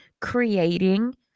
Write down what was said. creating